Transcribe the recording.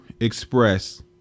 Express